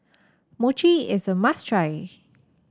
Mochi is a must try